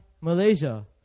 Malaysia